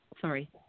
Sorry